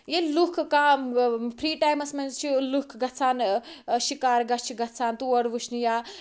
ییٚلہِ لُکھ کانٛہہ فری ٹایمَس مَنٛز چھِ لُکھ گَژھان شِکار گاہ چھِ گَژھان تور وٕچھنہِ یا